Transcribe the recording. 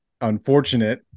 unfortunate